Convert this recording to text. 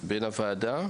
חשוב לומר שוועדת